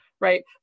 right